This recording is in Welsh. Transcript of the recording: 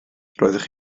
roeddech